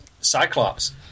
cyclops